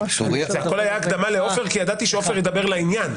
הכול היה הקדמה לעופר כי ידעתי שעופר ידבר לעניין,